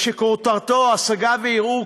שכותרתו השגה וערעור,